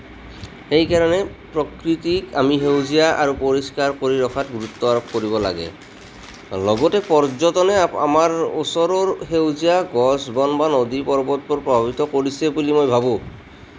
সেইকাৰণে প্ৰকৃতিক আমি সেউজীয়া আৰু পৰিষ্কাৰ কৰি ৰখাত গুৰুত্ব আৰোপ কৰিব লাগে লগতে পৰ্য্যতনে আমাৰ ওচৰৰ সেউজীয়া গছ বন বা নদী পৰ্বতবোৰ প্ৰভাৱিত কৰিছে বুলি মই ভাবোঁ